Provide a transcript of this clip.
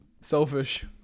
Selfish